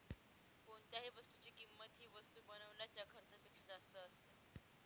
कोणत्याही वस्तूची किंमत ही वस्तू बनवण्याच्या खर्चापेक्षा जास्त असते